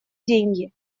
деньги